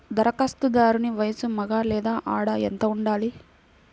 ధరఖాస్తుదారుని వయస్సు మగ లేదా ఆడ ఎంత ఉండాలి?